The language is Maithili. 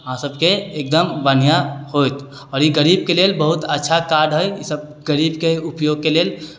अहाँ सबके एकदम बढ़िआँ होइत आओर ई गरीबके लेल बहुत अच्छा कार्ड हइ ईसब गरीबके उपयोगके लेल